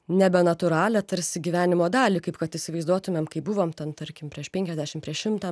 nebenatūralią tarsi gyvenimo dalį kaip kad įsivaizduotumėm kai buvom ten tarkim prieš penkiasdešim prieš šimtą